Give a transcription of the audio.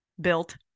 built